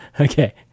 Okay